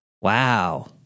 Wow